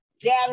data